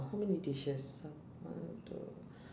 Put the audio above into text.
how many dishes one two